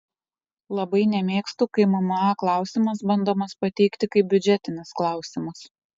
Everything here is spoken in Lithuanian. labai nemėgstu kai mma klausimas bandomas pateikti kaip biudžetinis klausimas